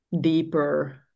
deeper